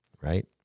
Right